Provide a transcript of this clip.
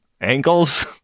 ankles